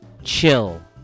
chill